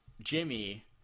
Jimmy